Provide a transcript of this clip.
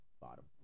bottom